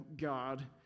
God